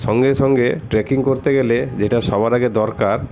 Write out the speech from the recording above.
সঙ্গে সঙ্গে ট্রেকিং করতে গেলে যেটা সবার আগে দরকার